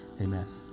amen